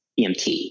EMT